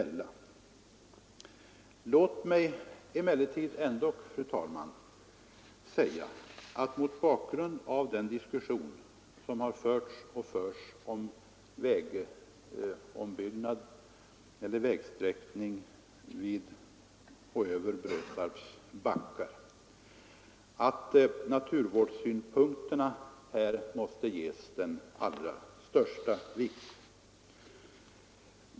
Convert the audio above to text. Låt mig emellertid, fru talman, säga mot bakgrund av den diskussion som har förts och förs på grund av vägombyggnaden vid Brösarps backar, att naturvårdssynpunkterna här givetvis måste tillmätas den allra största vikt.